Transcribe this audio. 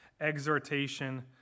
exhortation